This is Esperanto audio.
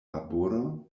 laboron